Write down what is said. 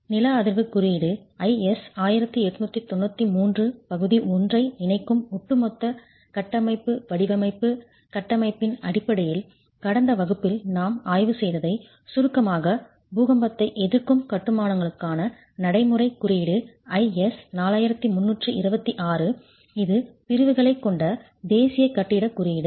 நில அதிர்வுக் குறியீடு IS 1893 பகுதி 1 ஐ இணைக்கும் ஒட்டுமொத்த கட்டமைப்பு வடிவமைப்பு கட்டமைப்பின் அடிப்படையில் கடந்த வகுப்பில் நாம் ஆய்வு செய்ததைச் சுருக்கமாக பூகம்பத்தை எதிர்க்கும் கட்டுமானங்களுக்கான நடைமுறைக் குறியீடு IS 4326 இது பிரிவுகளைக் கொண்ட தேசிய கட்டிடக் குறியீடு